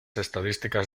estadísticas